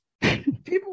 People